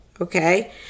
Okay